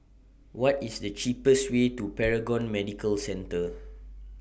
What IS The cheapest Way to Paragon Medical Centre